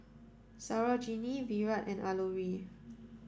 Sarojini Virat and Alluri